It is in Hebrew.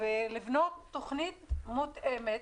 ולבנות תוכנית מותאמת.